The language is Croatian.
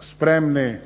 spremni